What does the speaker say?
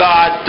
God